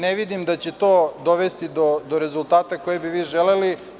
Ne vidim da će to dovesti do rezultata koje bi vi želeli.